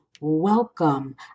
welcome